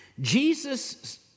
Jesus